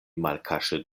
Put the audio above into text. malkaŝe